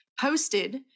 posted